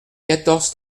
quatorze